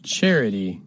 Charity